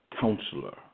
counselor